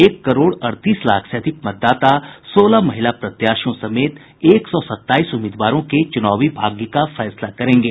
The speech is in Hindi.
एक करोड़ अड़तीस लाख से अधिक मतदाता सोलह महिला प्रत्याशियों समेत एक सौ सताईस उम्मीदवारों के चुनावी भाग्य का फैसला करेंगे